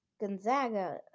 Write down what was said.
Gonzaga